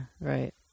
Right